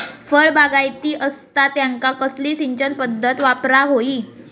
फळबागायती असता त्यांका कसली सिंचन पदधत वापराक होई?